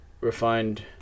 refined